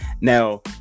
Now